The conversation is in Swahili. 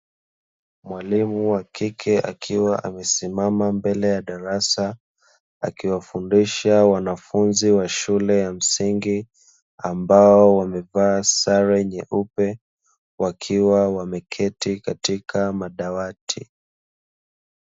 Mwalimu wa kike akiwa amesimama mbele ya darasa, akiwafundisha wanafunzi wa shule ya msingi, ambao wamevaa sare nyeupe, wakiwa wameketi katika madawati.